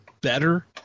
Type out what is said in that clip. better